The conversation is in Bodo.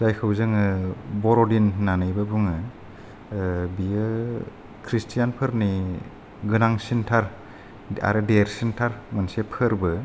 जायखौ जोङो बरदिन दोननानैबो बुङो बियो ख्रिष्टियानफोरनि गोनांथार आर देरसिनथार मोनसे फोरबो